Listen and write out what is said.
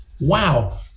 Wow